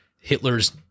Hitler's